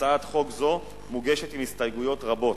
הצעת חוק זו מוגשת עם הסתייגויות רבות.